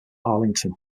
arlington